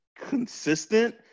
consistent